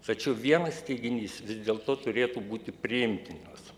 tačiau vienas teiginys vis dėlto turėtų būti priimtinas